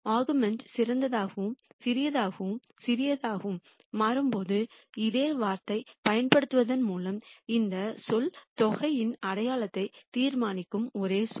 அருகுமெண்ட் சிறியதாகவும் சிறியதாகவும் சிறியதாகவும் மாறும்போது அதே வாதத்தைப் பயன்படுத்துவதன் மூலம் இந்த சொல் தொகையின் அடையாளத்தை தீர்மானிக்கும் ஒரே சொல்